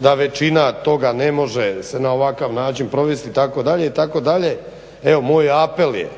da većina toga ne može se na ovakav način provesti itd., itd. Evo moj apel je